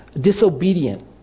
disobedient